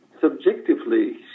subjectively